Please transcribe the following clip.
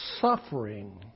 suffering